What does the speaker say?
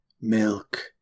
milk